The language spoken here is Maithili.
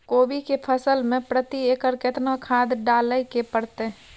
कोबी के फसल मे प्रति एकर केतना खाद डालय के परतय?